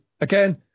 again